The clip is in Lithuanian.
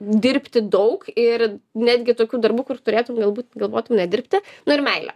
dirbti daug ir netgi tokių darbų kur turėtum galbūt galvotum nedirbti nu ir meilė